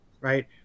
right